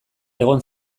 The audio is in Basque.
egon